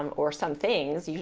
um or some things, yeah